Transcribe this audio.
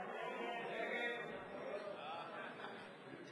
הצעת סיעות בל"ד רע"ם-תע"ל חד"ש